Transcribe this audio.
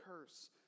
curse